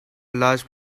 large